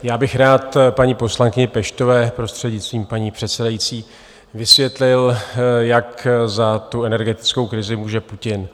Já bych rád paní poslankyni Peštové prostřednictvím paní předsedající vysvětlil, jak za tu energetickou krizi může Putin.